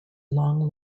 long